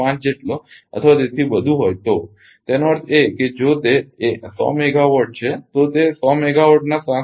5 જેટલો અથવા તેથી વધુ હોય તો તેનો અર્થ એ કે જો તે 100 મેગાવોટ છે તો તે 100 મેગાવોટના 7